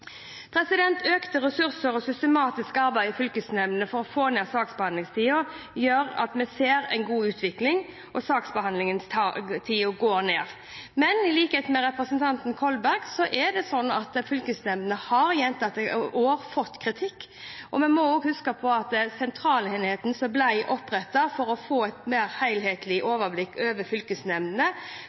Økte ressurser og systematisk arbeid i fylkesnemndene for å få ned saksbehandlingstida gjør at vi ser en god utvikling, og saksbehandlingstida går ned. Men som representanten Kolberg sier, er det sånn at fylkesnemndene har fått gjentatt kritikk, og vi må også huske på at Sentralenheten, som ble opprettet for å få et mer helhetlig overblikk over fylkesnemndene,